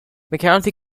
mccarthy